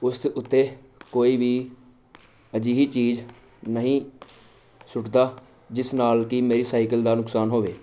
ਉਸ ਉੱਤੇ ਕੋਈ ਵੀ ਅਜਿਹੀ ਚੀਜ਼ ਨਹੀਂ ਸੁੱਟਦਾ ਜਿਸ ਨਾਲ ਕਿ ਮੇਰੀ ਸਾਈਕਲ ਦਾ ਨੁਕਸਾਨ ਹੋਵੇ